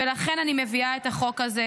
ולכן אני מביאה את החוק הזה,